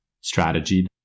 strategy